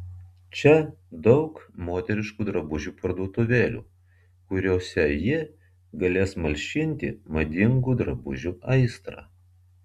čia daug moteriškų drabužių parduotuvėlių kuriose ji galės malšinti madingų drabužių aistrą